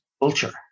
culture